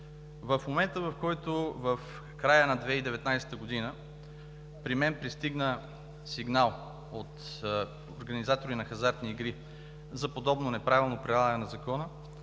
В момента, в който в края на 2019 г. при мен пристигна сигнал от организатори на хазартни игри за подобно неправилно прилагане на Закона,